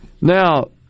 Now